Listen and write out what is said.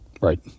Right